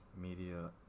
media